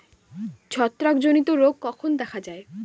ছত্রাক জনিত রোগ কখন দেখা য়ায়?